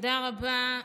תודה רבה,